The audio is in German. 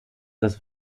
das